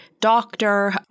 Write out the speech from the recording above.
Doctor